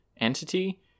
entity